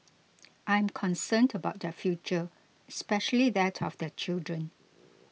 I am concerned about their future especially that of their children